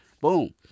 boom